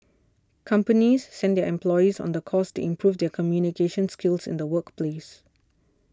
companies send their employees on the course to improve their communication skills in the workplace